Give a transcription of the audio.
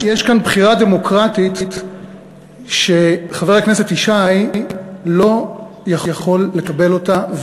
יש כאן בחירה דמוקרטית שחבר הכנסת ישי לא יכול לקבל אותה,